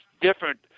different